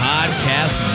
Podcast